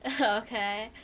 okay